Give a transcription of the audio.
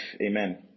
Amen